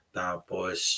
tapos